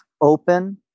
open